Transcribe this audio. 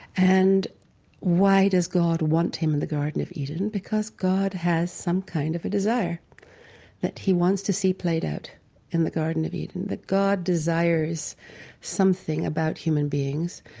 and why does god want him in the garden of eden? because god has some kind of a desire that he wants to see played out in the garden of eden. god desires something about human beings